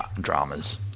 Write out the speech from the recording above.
dramas